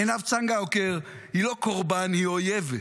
עינב צנגאוקר היא לא קורבן, היא אויבת.